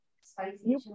Spicy